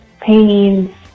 paintings